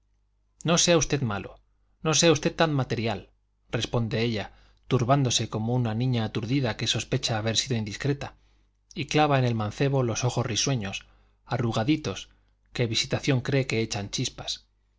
no sea usted malo no sea usted tan material responde ella turbándose como una niña aturdida que sospecha haber sido indiscreta y clava en el mancebo los ojos risueños arrugaditos que visitación cree que echan chispas